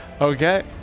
Okay